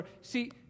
See